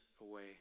away